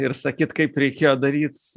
ir sakyt kaip reikėjo daryt